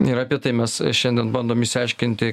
ir apie tai mes šiandien bandom išsiaiškinti